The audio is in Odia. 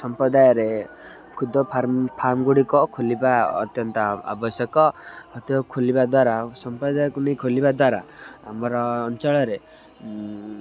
ସମ୍ପ୍ରଦାୟରେ କ୍ଷୁଦ ଫାର୍ମ ଫାର୍ମଗୁଡ଼ିକ ଖୋଲିବା ଅତ୍ୟନ୍ତ ଆବଶ୍ୟକ ଖୋଲିବା ଦ୍ୱାରା ସମ୍ପ୍ରଦାୟକୁ ନେଇ ଖୋଲିବା ଦ୍ୱାରା ଆମର ଅଞ୍ଚଳରେ